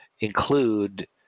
include